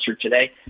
today